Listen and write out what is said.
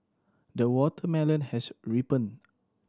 the watermelon has ripened